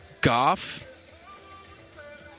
Goff